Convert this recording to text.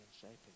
shaping